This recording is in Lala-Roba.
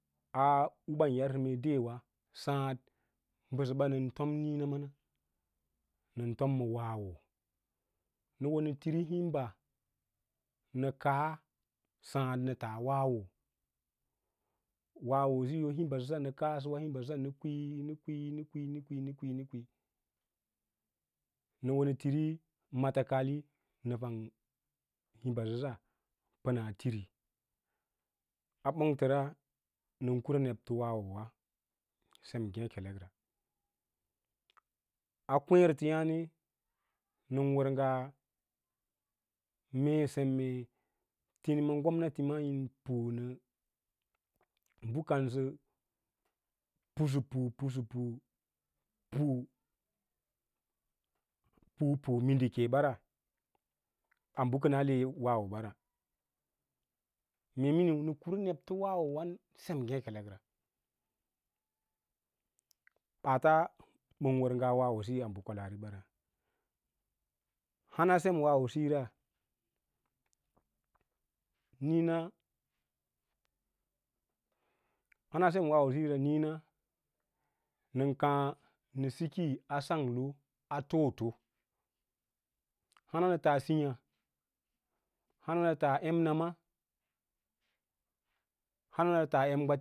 A u ɓan yarsə mee day wa sǎǎd mbəsəba nən tom níína mana nən tom ma wawo nə wo nə tiri himbe nə kaa wawo nə wo nə tiri himbe nə kaa sǎǎd nə tas warwo wawo siyo himba basa nə kaa səwa himbasəsa nə kwíí nə kwíí nə kwíí nə kwíí nə kwííi nə wo nə tiri mata kali nə fang himbasəsa pə kona na tiri a bongtər nən kura nebto wawon sen ngêkelekra, a kuweẽreteyâne nən wər ngaa mee sem mee tini ma gomnati yim pu nə bə kaus pusapu-pusapu pu, pupu midik wara abə kəna li wawobara mee miniu nə kure nebto wawoo wan sem ngekele ra. ɓaata bər wər ngaa wawo siyo yi bə kwah ribara hana sem wawo siyo ra níína, hana sem wawosiyo ra nííina nən kaã nə siki a sanglo a to’a hana nə taa sííyá hana nə tas emnama hana rə tas em.